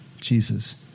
Jesus